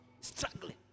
struggling